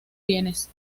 bienes